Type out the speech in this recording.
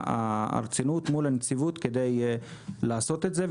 הרצינות מול הנציבות בשביל לעשות את זה.